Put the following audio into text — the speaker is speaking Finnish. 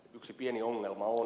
yksi pieni ongelma on